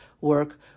work